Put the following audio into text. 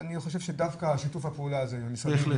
ואני חושב ששיתוף הפעולה הזה עם המשרדים,